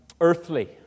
earthly